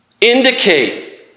indicate